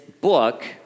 book